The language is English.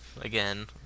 again